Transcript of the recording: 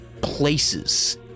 places